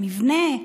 מבנה,